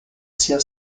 sia